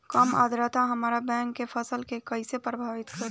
कम आद्रता हमार बैगन के फसल के कइसे प्रभावित करी?